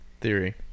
theory